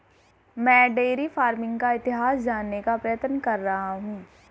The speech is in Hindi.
मैं डेयरी फार्मिंग का इतिहास जानने का प्रयत्न कर रहा हूं